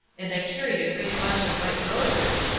and i carried a great bunch of white roses,